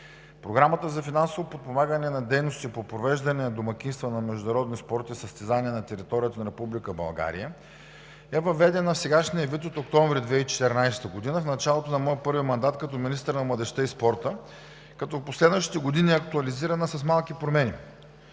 Програмата за финансово подпомагане на дейностите по провеждане на домакинства на международни спортни състезания на територията на Република България е въведена в сегашния вид от месец октомври 2014 г. – в началото на моя първи мандат като министър на младежта и спорта, и в последващите години е актуализирана с малки промени.